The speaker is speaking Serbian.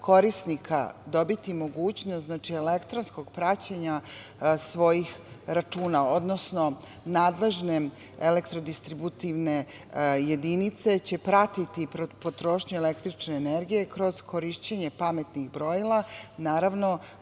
korisnika dobiti mogućnost elektronskog praćenja svojih računa, odnosno nadležne elektrodistributivne jedinice će pratiti potrošnju električne energije kroz korišćenje pametnih brojila, naravno,